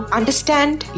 understand